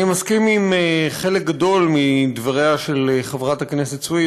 אני מסכים לחלק גדול מדבריה של חברת הכנסת סויד,